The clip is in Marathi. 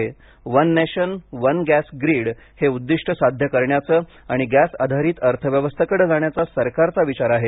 one nation one gas grid हे उद्दिष्ट साध्य करण्याचे आणि गॅस आधारित अर्थव्यवस्थेकडे जाण्याचा सरकारचा विचार आहे